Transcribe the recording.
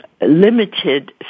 limited